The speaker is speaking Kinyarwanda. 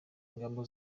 ingamba